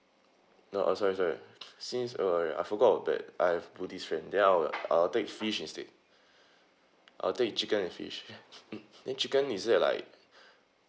oh sorry sorry since err I forgot of that I have buddhist friend then out of it I'll take fish instead I'll take chicken and fish mm then chicken is it like